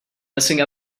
messing